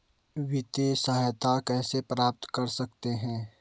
वित्तिय सहायता कैसे प्राप्त कर सकते हैं?